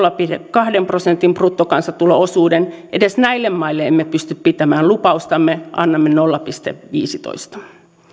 kahden prosentin bruttokansantulo osuuden edes näille maille emme pysty pitämään lupaustamme annamme nolla pilkku viisitoista myös